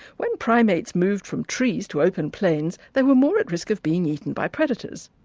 when primates moved from trees to open plains, they were more at risk of being eaten by predators.